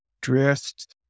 drift